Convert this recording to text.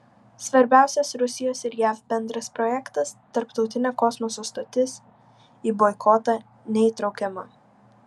svarbiausias rusijos ir jav bendras projektas tarptautinė kosmoso stotis į boikotą neįtraukiama